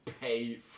pay